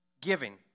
Giving